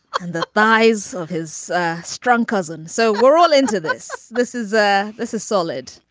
and the thighs of his strong cousin so we're all into this. this is a this is solid.